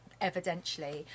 evidentially